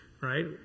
right